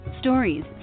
Stories